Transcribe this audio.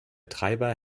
treiber